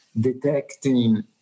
detecting